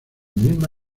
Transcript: misma